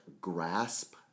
grasp